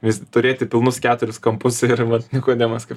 vis turėti pilnus keturis kampus ir vat nikodemas kaip